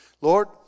Lord